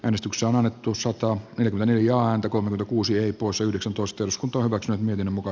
äänestykseen hallitus ottaa mielialaan tacomando kuusi eepos yhdeksäntoista iskun turvakseen miten muka